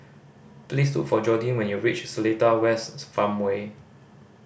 please look for Jordin when you reach Seletar Wests Farmway